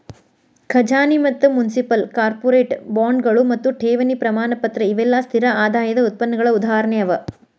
ಖಜಾನಿ ಮತ್ತ municipal, corporate ಬಾಂಡ್ಗಳು ಮತ್ತು ಠೇವಣಿ ಪ್ರಮಾಣಪತ್ರ ಇವೆಲ್ಲಾ ಸ್ಥಿರ ಆದಾಯದ್ ಉತ್ಪನ್ನಗಳ ಉದಾಹರಣೆ ಅವ